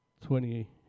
twenty